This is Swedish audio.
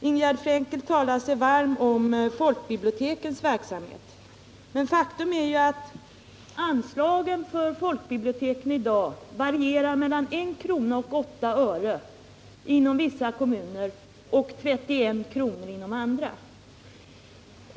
Ingegärd Frenkel talade sig varm för folkbibliotekens verksamhet. Men faktum är ju att anslagen till folkbiblioteken i dag varierar mellan 1:08 kr. inom vissa kommuner och 31 kr. inom andra.